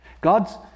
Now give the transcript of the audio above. God's